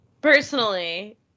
personally